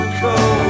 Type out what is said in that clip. cold